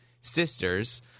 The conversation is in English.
sisters